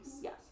Yes